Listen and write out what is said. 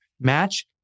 Match